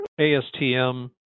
ASTM